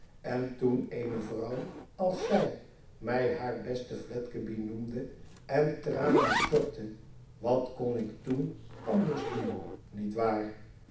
en toen eene vrouw als zij mij haar besten fledgeby noemde en tranen stortte wat kon ik toen anders doen niet waar